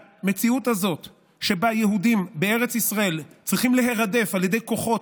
המציאות הזאת שבה יהודים בארץ ישראל צריכים להירדף על ידי כוחות,